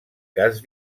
cas